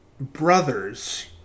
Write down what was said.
brothers